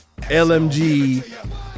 LMG